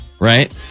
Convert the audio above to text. right